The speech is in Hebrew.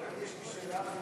אני, יש לי שאלה ואני פה.